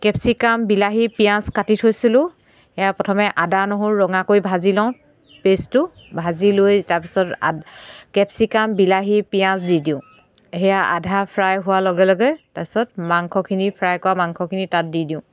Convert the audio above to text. capsicum বিলাহী পিঁয়াজ কাটি থৈছিলো সেয়া প্ৰথমে আদা নহৰু ৰঙাকৈ ভাজি লওঁ পে'ষ্টটো ভাজি লৈ তাৰপিছত আ কেপচিকাম বিলাহী পিঁয়াজ দি দিওঁ সেয়া আধা ফ্ৰাই হোৱা লগে লগে তাৰপিছত মাংসখিনি ফ্ৰাই কৰা মাংসখিনি তাত দি দিওঁ